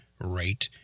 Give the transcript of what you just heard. rate